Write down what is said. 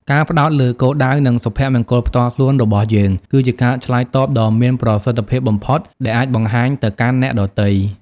ការផ្តោតលើគោលដៅ និងសុភមង្គលផ្ទាល់ខ្លួនរបស់យើង គឺជាការឆ្លើយតបដ៏មានប្រសិទ្ធភាពបំផុតដែលអាចបង្ហាញទៅកាន់អ្នកដទៃ។